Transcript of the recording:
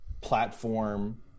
platform